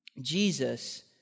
Jesus